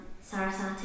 Sarasate